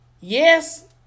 Yes